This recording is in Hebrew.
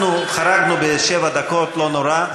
אנחנו חרגנו בשבע דקות, לא נורא.